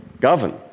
govern